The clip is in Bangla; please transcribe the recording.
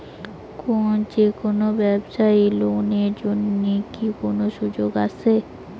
যে কোনো ব্যবসায়ী লোন এর জন্যে কি কোনো সুযোগ আসে?